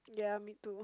ya me too